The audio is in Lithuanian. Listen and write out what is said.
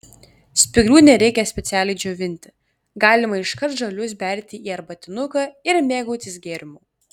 spyglių nereikia specialiai džiovinti galima iškart žalius berti į arbatinuką ir mėgautis gėrimu